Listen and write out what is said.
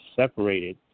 Separated